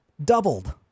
doubled